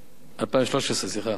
2013, סליחה.